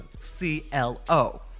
C-L-O